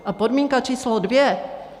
A podmínka číslo dvě.